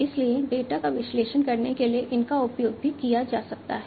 इसलिए डेटा का विश्लेषण करने के लिए इनका उपयोग भी किया जा सकता है